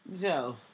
Joe